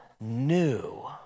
new